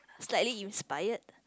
slightly inspired